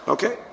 Okay